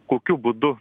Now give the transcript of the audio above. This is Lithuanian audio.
kokiu būdu